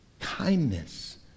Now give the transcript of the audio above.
kindness